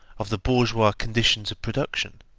of the bourgeois conditions of production,